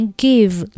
give